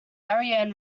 ariane